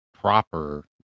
proper